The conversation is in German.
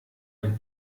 ein